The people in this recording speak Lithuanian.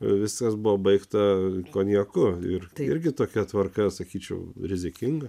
viskas buvo baigta konjaku ir irgi tokia tvarka sakyčiau rizikinga